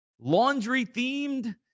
laundry-themed